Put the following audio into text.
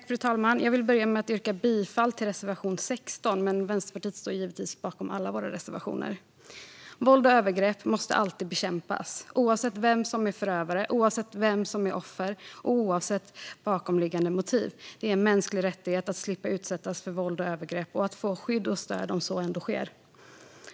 Fru talman! Jag vill börja med att yrka bifall till reservation 16, men givetvis står vi i Vänsterpartiet bakom alla våra reservationer. Våld och övergrepp måste alltid bekämpas oavsett vem som är förövare, oavsett vem som är offer och oavsett bakomliggande motiv. Det är en mänsklig rättighet att slippa utsättas för våld och övergrepp och att få skydd och stöd om så ändå sker.